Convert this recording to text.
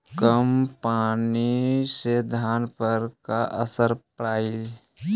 कम पनी से धान पर का असर पड़तायी?